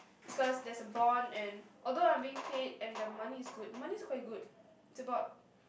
because there's a bond and although I'm been paid and the money is good the money is quite good it's about